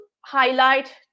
highlight